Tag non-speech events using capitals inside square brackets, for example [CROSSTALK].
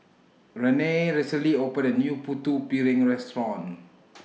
Renae recently opened A New Putu Piring Restaurant [NOISE]